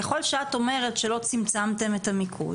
ככל שאת אומרת שלא צמצמת את המיקוד,